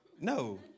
No